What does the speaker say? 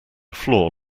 floor